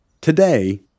Today